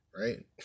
right